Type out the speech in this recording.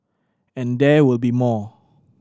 and there will be more